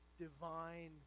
divine